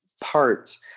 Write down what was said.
parts